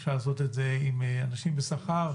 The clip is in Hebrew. אפשר לעשות את זה עם אנשים בשכר.